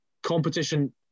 Competition